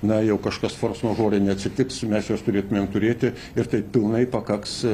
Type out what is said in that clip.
na jau kažkas force majeure neatsitiks mes juos turėtumėm turėti ir taip pilnai pakaks